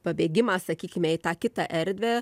pabėgimas sakykime į tą kitą erdvę